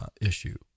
issue